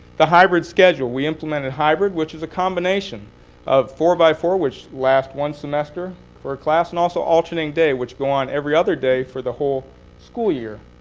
the hybrid schedule we implemented hybrid which is a combination of four-by-four, which lasts one semester for a class and also alternating day which go on every other day for the whole school year.